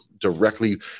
Directly